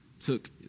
took